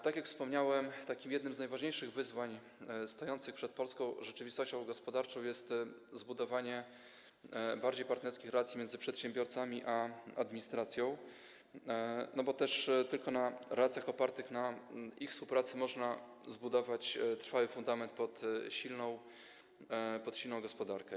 Tak jak wspomniałem, jednym z najważniejszych wyzwań stojących przed polską rzeczywistością gospodarczą jest zbudowanie bardziej partnerskich relacji między przedsiębiorcami a administracją, bo też tylko na relacjach opartych na ich współpracy można zbudować trwały fundament pod silną gospodarkę.